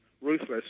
ruthless